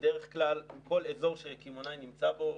בדרך כלל כל אזור שקמעונאי נמצא בו,